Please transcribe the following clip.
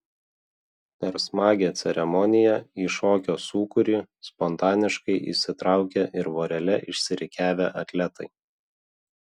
per smagią ceremoniją į šokio sūkurį spontaniškai įsitraukė ir vorele išsirikiavę atletai